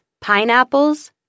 pineapples